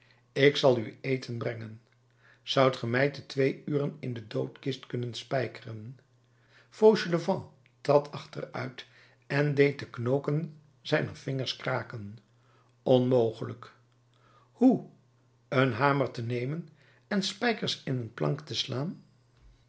ik zal u eten brengen zoudt ge mij te twee uren in de doodkist kunnen spijkeren fauchelevent trad achteruit en deed de knoken zijner vingers kraken onmogelijk hoe een hamer te nemen en spijkers in een plank te slaan